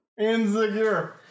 Insecure